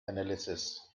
analysis